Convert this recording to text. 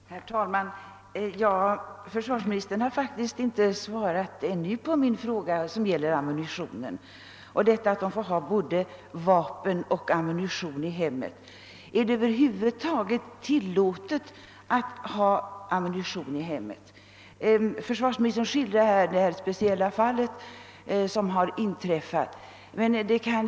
Herr talman! Försvarsministern har faktiskt ännu inte svarat på min fråga om han finner det tillfredsställande ur säkerhetssynpunkt att både vapen och ammunition förvaras i hemmen. Är det över huvud taget tillåtet att ha ammunition hemma? Försvarsministern skildrade den speciella tragiska händelse som nyligen inträffat.